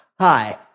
Hi